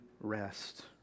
rest